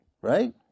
Right